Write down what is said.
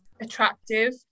attractive